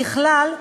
ככלל,